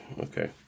Okay